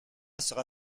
sera